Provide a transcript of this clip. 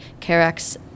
carex